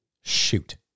shoot